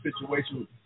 situation